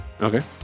okay